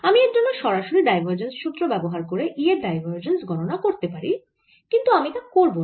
আমি এর জন্য সরাসরি ডাইভেরজেন্স সুত্র ব্যবহার করে E এর ডাইভেরজেন্স গণনা করতে পারি কিন্তু আমি তা করব না